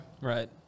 Right